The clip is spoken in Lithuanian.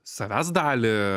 savęs dalį